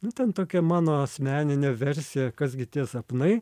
būtent tokia mano asmeninė versija kas gi tie sapnai